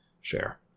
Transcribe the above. share